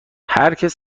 هرکس